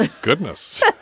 Goodness